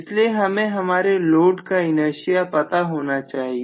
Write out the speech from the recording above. इसलिए हमें हमारे लोड का इनर्शिया पता होना चाहिए